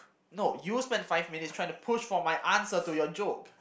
no you spent five minutes trying to push for my answer to your joke